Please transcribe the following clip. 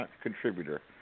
Contributor